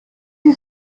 sie